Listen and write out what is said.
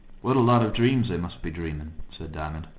what a lot of dreams they must be dreaming! said diamond.